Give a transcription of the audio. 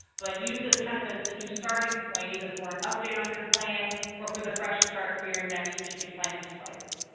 but use this kind of as the new starting point either for an update on your plan or for the fresh start for your next strategic planning cycle.